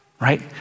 right